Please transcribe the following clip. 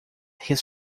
his